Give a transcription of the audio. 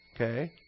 Okay